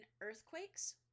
earthquakes